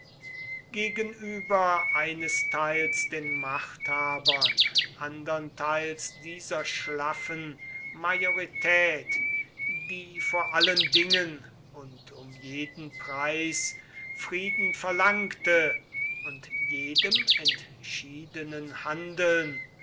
gegenüber einesteils den machthabern andernteils dieser schlaffen majorität die vor allen dingen und um jeden preis frieden verlangte und jedem entschiedenen handeln